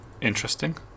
interesting